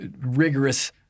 rigorous